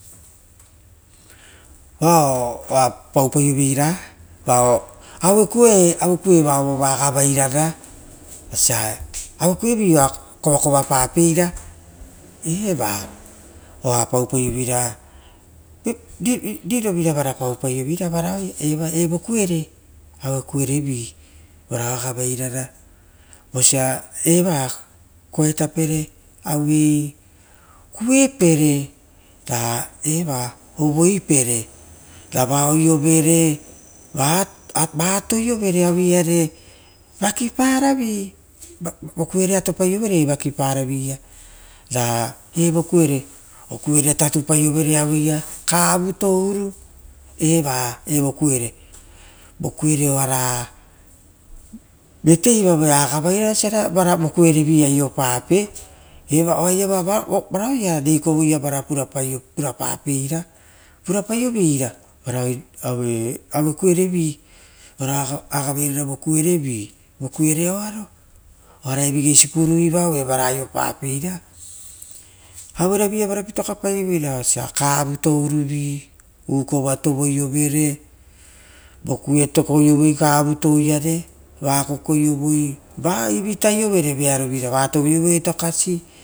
Vao oa pauparoveira aukue vova agavainara vosia au kuevi oa kovakova pa pei ra eva oara pauparovera, riovira vara pauparoveira, evo kuire aue kwovi vara. Agavairara vosia eva koetapere auei koepire, raeva ovoi pere rava oriovere, va atoiovereawe iare vakiparavi, vokuero atopaiovere vakipa ravia ra evo kuero ora tutupaiovere aue ia kavu. Eva evo kuire, vokue ro evara oara vateiva agavairara oisira vokuiro aiopape. Oia vara oara rei kovoia purapa peira, purapaiovera vara au kuerovi aue agavairara vokueroavo, oaraia vigei tarai pieiva vara aiopa peira, aueroviia vara pitoka paiovera oisio osia kavu tourovi ukova tovoiovere, vokue tokoiovoi kavu touiare, va kokoiavoi, va ivitaiovere gonivira ra va tovoio vo etokasi.